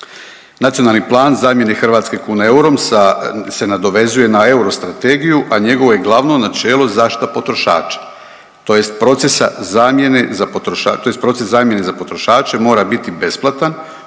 Nacionalni plan zamjene hrvatske kune eurom se nadovezuje na euro strategiju, a njegovo je glavno načelo zaštita potrošača, tj. proces zamjene za potrošače mora biti besplatan,